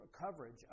coverage